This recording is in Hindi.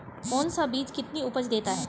कौन सा बीज कितनी उपज देता है?